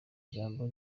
ijambo